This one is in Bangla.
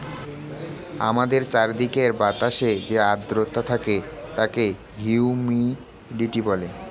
আমাদের চারিদিকের বাতাসে যে আর্দ্রতা থাকে তাকে হিউমিডিটি বলে